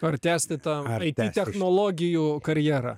ar tęsti tą aiti technologijų karjerą